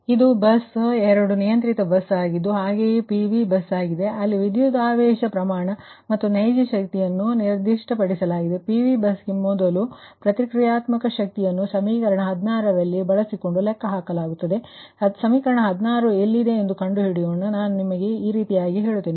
ಆದ್ದರಿಂದ ಇದು ಬಸ್ 2 ನಿಯಂತ್ರಿತ ಬಸ್ ಆಗಿದ್ದು ಹಾಗೆಯೇ PV ಬಸ್ ಆಗಿದೆ ಅಲ್ಲಿ ವಿದ್ಯುತಾವೇಶ ಪ್ರಮಾಣ ಮತ್ತು ನೈಜ ಶಕ್ತಿಯನ್ನು ನಿರ್ದಿಷ್ಟಪಡಿಸಲಾಗಿದೆ ಮತ್ತು PV ಬಸ್ಗೆ ಮೊದಲು ಪ್ರತಿಕ್ರಿಯಾತ್ಮಕ ಶಕ್ತಿಯನ್ನು ಸಮೀಕರಣ 16 ಅನ್ನು ಬಳಸಿಕೊಂಡು ಲೆಕ್ಕಹಾಕಲಾಗುತ್ತದೆ ಸಮೀಕರಣ 16 ಎಲ್ಲಿದೆ ಎಂದು ಕಂಡುಹಿಡಿಯೋಣ ಸರಿ ಅದನ್ನು ನಾನು ನಿಮಗೆ ಹೇಳುತ್ತೇನೆ